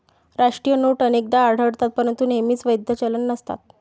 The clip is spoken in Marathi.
राष्ट्रीय नोट अनेकदा आढळतात परंतु नेहमीच वैध चलन नसतात